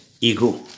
ego